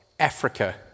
Africa